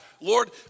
Lord